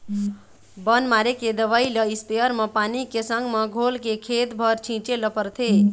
बन मारे के दवई ल इस्पेयर म पानी के संग म घोलके खेत भर छिंचे ल परथे